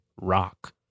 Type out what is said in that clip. rock